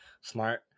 smart